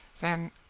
Then